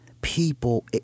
people